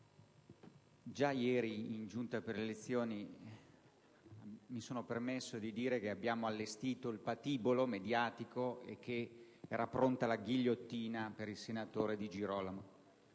e delle immunità parlamentari, mi sono permesso di dire che abbiamo allestito il patibolo mediatico e che era pronta la ghigliottina per il senatore Di Girolamo.